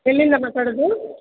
ಎಲ್ಲಿಂದ ಮಾತಾಡೊದು